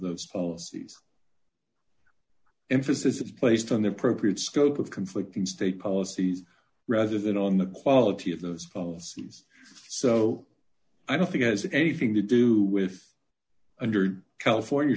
those policies emphasis is placed on the appropriate scope of conflicting state policies rather than on the quality of those phones these so i don't think it has anything to do with under california